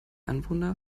anwohner